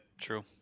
True